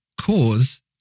cause